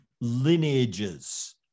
lineages